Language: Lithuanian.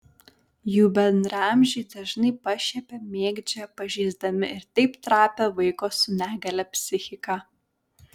jų bendraamžiai dažnai pašiepia mėgdžioja pažeisdami ir taip trapią vaiko su negalia psichiką